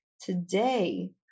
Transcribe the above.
Today